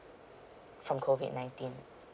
from COVID nineteen